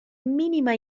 minima